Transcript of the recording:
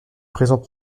présent